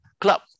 Club